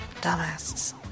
dumbass